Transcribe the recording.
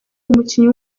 umukinnyi